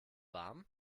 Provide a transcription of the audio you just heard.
warm